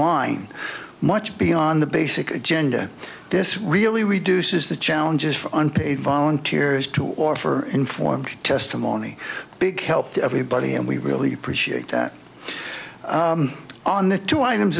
line much beyond the basic agenda this really reduces the challenges for unpaid volunteers to or for informed testimony big help to everybody and we really appreciate that on the two items